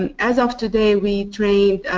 and as of today we trained